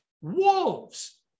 wolves